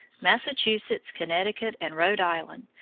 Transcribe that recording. massachusetts, connecticut and rhode island,